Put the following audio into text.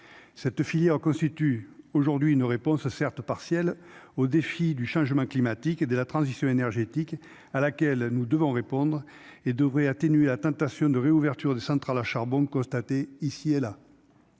cette filière constitue aujourd'hui une réponse certes partielle au défi du changement climatique et de la transition énergétique à laquelle nous devons répondre et devrait atténuer la tentation de réouverture des centrales à charbon constater ici et là,